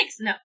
No